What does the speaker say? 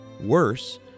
Worse